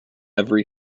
every